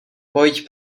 pojď